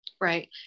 Right